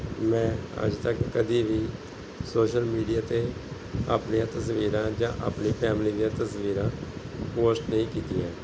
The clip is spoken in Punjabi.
ਮੈਂ ਅੱਜ ਤੱਕ ਕਦੀ ਵੀ ਸੋਸ਼ਲ ਮੀਡੀਆ 'ਤੇ ਆਪਣੀਆਂ ਤਸਵੀਰਾਂ ਜਾਂ ਆਪਣੀ ਫੈਮਲੀ ਦੀਆਂ ਤਸਵੀਰਾਂ ਪੋਸਟ ਨਹੀਂ ਕੀਤੀਆਂ